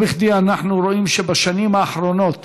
לא בכדי אנחנו רואים שבשנים האחרונות